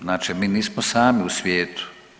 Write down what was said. Znači mi nismo sami u svijetu.